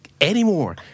anymore